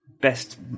best